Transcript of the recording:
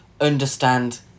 understand